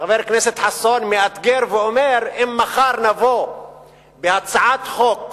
חבר הכנסת חסון מאתגר ואומר: אם מחר נבוא בהצעת חוק